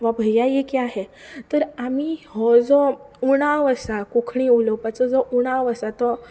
वा भैया ये क्या है तर आमी हो जो उणाव आसा कोंकणी उलोवपाचो जो उणाव आसा तो